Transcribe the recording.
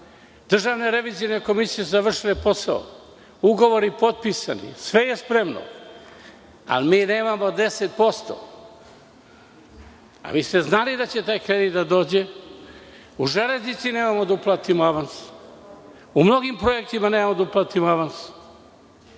Državne revizorske komisije su završile posao. Ugovori su potpisani. Sve je spremno. Ali, mi nemamo 10%. A vi ste znali da će taj kredit da dođe. U „Železnici“ nemamo da uplatimo avans. U mnogim projektima nemamo za avans.